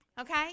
Okay